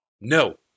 No